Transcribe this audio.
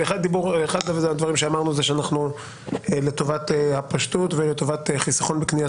אחד הדברים שאמרנו זה שזה לטובת הפשטות ולטובת חסכון בקניית